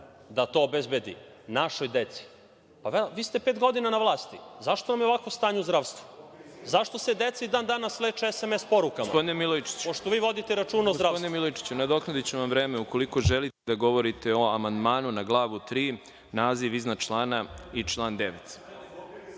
da to obezbedi našoj deci. Pa, vi ste pet godina na vlasti, zašto vam je ovako stanje u zdravstvu? Zašto se deca i dan danas leče SMS porukama, pošto vi vodite računa o zdravstvu? **Đorđe Milićević** Gospodine Milojičiću, nadoknadiću vam vreme, ukoliko želite da govorite o amandmanu na Glavu III, naziv iznad člana i član